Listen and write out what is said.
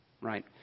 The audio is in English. right